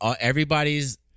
everybody's